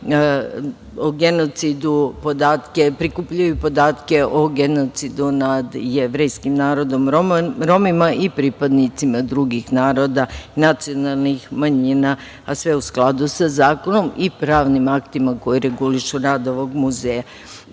genocidu, prikuplja i podatke o genocidu nad Jevrejskim narodom, Romima i pripadnicima drugih naroda, nacionalnih manjina, a sve u skladu sa zakonom i pravnim aktima koji regulišu rad ovog Muzeja. Kao